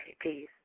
peace